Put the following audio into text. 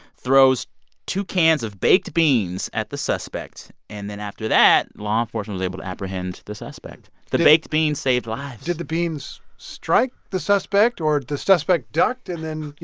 throws two cans of baked beans at the suspect. and then after that, law enforcement was able to apprehend the suspect. the baked beans saved lives did the beans strike the suspect, or the suspect ducked and then, you